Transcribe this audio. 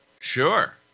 Sure